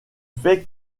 fait